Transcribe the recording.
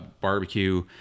Barbecue